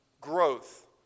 growth